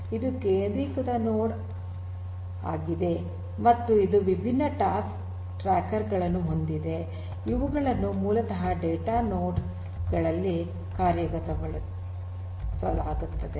ಇದು ಕೇಂದ್ರೀಕೃತ ನೋಡ್ ಆಗಿದೆ ಮತ್ತು ಇದು ವಿಭಿನ್ನ ಟಾಸ್ಕ್ ಟ್ರ್ಯಾಕರ್ ಗಳನ್ನು ಹೊಂದಿದೆ ಇವುಗಳನ್ನು ಮೂಲತಃ ಡೇಟಾ ನೋಡ್ ಗಳಲ್ಲಿ ಕಾರ್ಯಗತಗೊಳಿಸಲಾಗುತ್ತದೆ